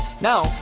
Now